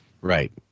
Right